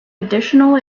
additional